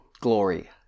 glory